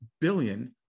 billion